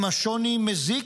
אם השוני מזיק,